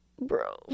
bro